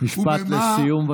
משפט לסיום.